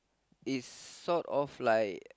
it's sort of like